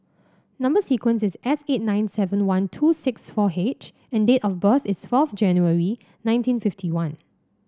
number sequence is S eight nine seven one two six four H and date of birth is fourth January nineteen fifty one